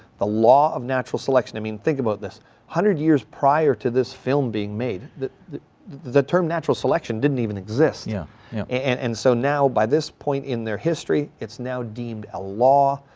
the law of natural selection. i mean think about this, one hundred years prior to this film being made the the term natural selection didn't even exist, yeah and and so now by this point in their history it's now deemed a law.